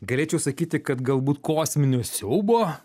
galėčiau sakyti kad galbūt kosminio siaubo